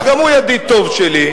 וגם הוא ידיד טוב שלי.